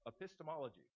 epistemology